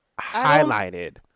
highlighted